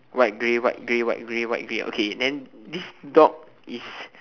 white grey white grey white grey white grey okay then this dog is